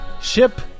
ship